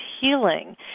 healing